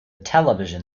television